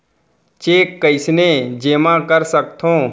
Cheque कईसने जेमा कर सकथो?